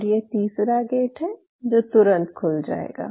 और ये तीसरा गेट है जो तुरंत खुल जाएगा